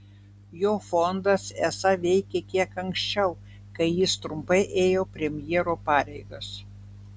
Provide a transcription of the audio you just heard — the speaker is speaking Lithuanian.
jo fondas esą veikė kiek anksčiau kai jis trumpai ėjo premjero pareigas